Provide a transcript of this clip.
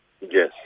Yes